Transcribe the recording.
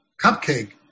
cupcake